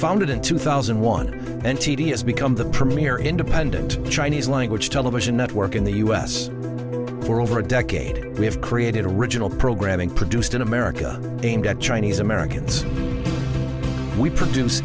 founded in two thousand and one and tedious become the premier independent chinese language television network in the u s for over a decade we have created original programming produced in america aimed at chinese americans we produce